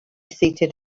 seated